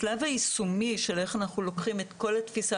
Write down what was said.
השלב היישומי של איך אנחנו לוקחים את כל התפיסה